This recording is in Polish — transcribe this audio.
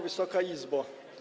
Wysoka Izbo!